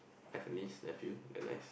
I have a niece nephew and